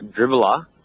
dribbler